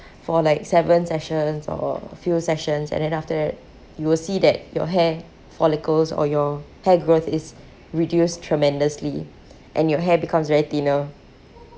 for like seven sessions or few sessions and then after that you will see that your hair follicles or your hair growth is reduced tremendously and your hair becomes really thinner